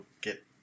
get